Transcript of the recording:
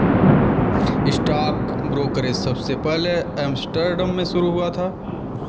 stock brokerage सबसे पहले Amsterdam में शुरू हुआ था